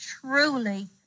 truly